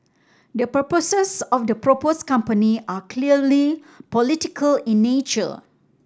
the purposes of the proposed company are clearly political in nature